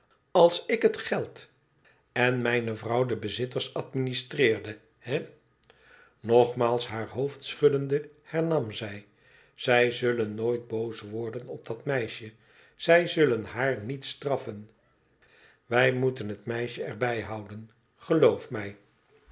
als ik het geld en mijne vrouw de bezitters administreerde hé nogmaals haar hoofd schuddende hernam zij zij zullen nooit boos worden op dat meisje zij zullen haar niet straffen wij moeten het meisje er bij houden geloof mij